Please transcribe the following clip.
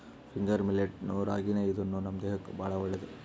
finger millet ನು ರಾಗಿನೇ ಇದೂನು ನಮ್ ದೇಹಕ್ಕ್ ಭಾಳ್ ಒಳ್ಳೇದ್